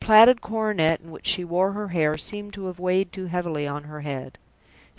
the plaited coronet in which she wore her hair seemed to have weighed too heavily on her head.